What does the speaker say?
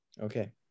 okay